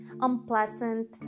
unpleasant